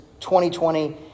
2020